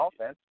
offense